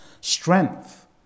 strength